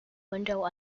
window